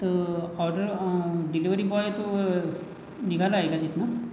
तर order delivery boy तो निघाला आहे का तिथनं